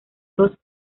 dos